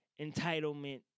entitlement